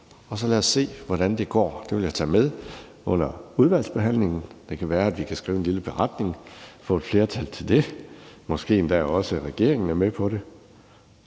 og lad os så se, hvordan det går. Det vil jeg tage med under udvalgsbehandlingen. Det kan være, vi kan skrive en lille beretning og få et flertal til det, og måske endda også, at regeringen er med på det.